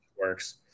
Works